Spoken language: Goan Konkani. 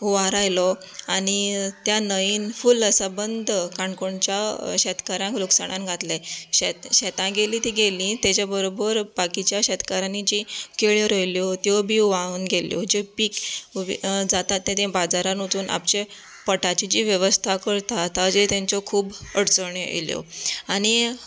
हुंवार आयलो आनी त्या न्हंयेंत फुल सबंद काणकोणच्या शेतकारांक लुकसाणान घातलें शेत शेतां गेली ती गेली ताज्या बरोबर बाकीच्या शेतकरांनी जी केळयो रोयल्यो त्यो बिन व्हांवोन गेल्यो जे पीक जाता ते बाजारांत वचून आपशेंच जे पोटाची जी वेवस्था करता ताजेर तेच्यो खूब अडचणी येयल्यो आनी